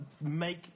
make